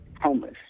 homeless